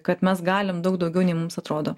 kad mes galim daug daugiau nei mums atrodo